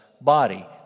body